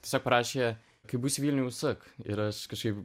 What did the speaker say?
tiesiog parašė kai būsi vilniuj užsuk ir aš kažkaip